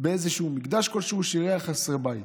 במקדש כלשהו שאירח חסרי בית.